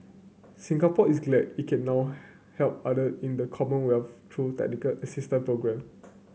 Singapore is glad it can now help other in the Commonwealth through technical assistance programme